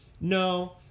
No